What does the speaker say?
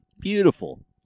Beautiful